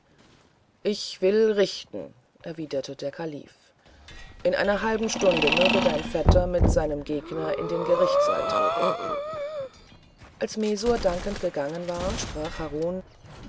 ich will richten erwiderte der kalif in einer halben stunde möge dein herr vetter mit seinem gegner in den gerichtssaal treten als messour dankend gegangen war sprach harun